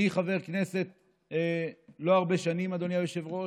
אני חבר כנסת לא הרבה שנים, אדוני היושב-ראש,